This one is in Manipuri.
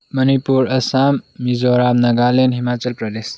ꯃꯅꯤꯄꯨꯔ ꯑꯁꯥꯝ ꯃꯤꯖꯣꯔꯥꯝ ꯅꯒꯥꯂꯦꯟ ꯍꯤꯃꯥꯆꯜ ꯄ꯭ꯔꯗꯦꯁ